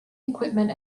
equipment